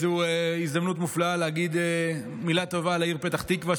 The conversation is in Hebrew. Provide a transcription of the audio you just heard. זאת הזדמנות נפלאה לומר מילה טובה לעיר פתח תקווה,